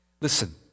Listen